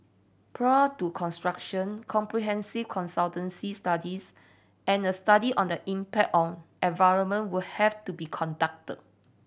prior to construction comprehensive consultancy studies and a study on the impact on environment will have to be conducted